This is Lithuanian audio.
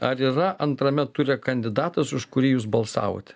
ar yra antrame ture kandidatas už kurį jūs balsavote